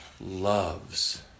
loves